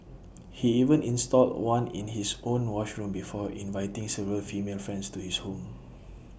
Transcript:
he even installed one in his own washroom before inviting several female friends to his home